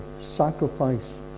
sacrifice